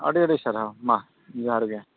ᱟᱹᱰᱤ ᱟᱹᱰᱤ ᱥᱟᱨᱦᱟᱣ ᱢᱟ ᱡᱚᱦᱟᱨᱜᱮ